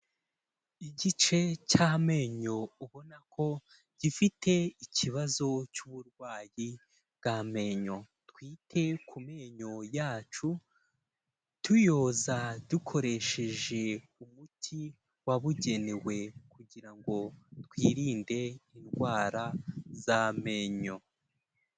Igice cy'amenyo ubona ko gifite ikibazo cy'uburwayi bw'amenyo. Twite ku menyo yacu tuyoza dukoresheje umuti wabugenewe, kugira ngo twirinde indwara z'amenyo.